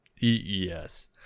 Yes